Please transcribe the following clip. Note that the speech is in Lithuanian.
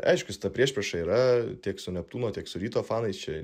aiškus ta priešprieša yra tiek su neptūno tiek su ryto fanais čia